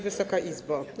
Wysoka Izbo!